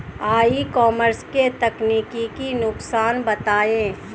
ई commerce के तकनीकी नुकसान बताएं?